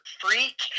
freak